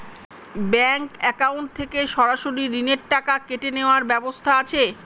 Bank account থেকে সরাসরি ঋণের টাকা কেটে নেওয়ার ব্যবস্থা আছে?